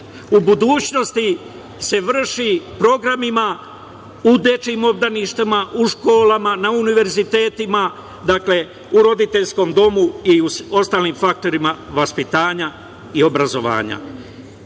u budućnosti se vrši programima u dečijim obdaništima, u školama, na univerzitetima, dakle, u roditeljskom domu i ostalim faktorima vaspitanja i obrazovanja. Još